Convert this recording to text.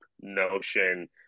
Notion